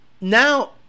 now